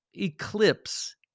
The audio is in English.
Eclipse